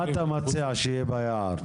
מה אתה מציע שיהיה ביער?